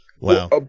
Wow